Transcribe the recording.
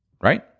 right